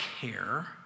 care